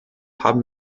haben